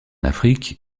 afrique